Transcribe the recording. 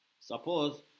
suppose